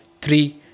three